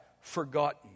forgotten